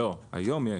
לא, היום יש.